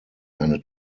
eine